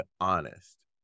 honest